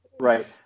Right